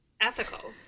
ethical